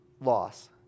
loss